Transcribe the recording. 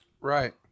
Right